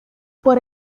por